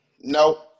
No